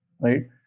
right